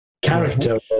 character